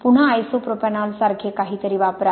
पुन्हा आयसोप्रोपॅनॉल सारखे काहीतरी वापरा